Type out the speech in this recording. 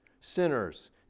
sinners